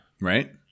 right